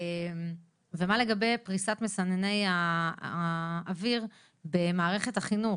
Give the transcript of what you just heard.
ומה לגביהן פריסת מסנני אוויר במערכת החינוך?